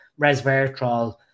resveratrol